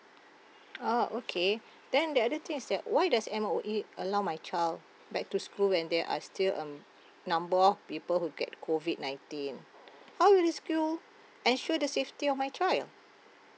ah okay then the other thing is that why does M_O_E allow my child back to school when there are still um number of people who get COVID nineteen how will the school ensure the safety of my child